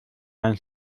ein